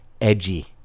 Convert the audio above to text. edgy